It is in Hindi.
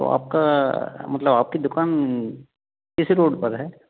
तो आपका मतलब आपकी दुकान किस रोड पर है